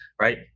right